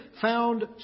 found